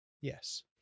Yes